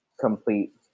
complete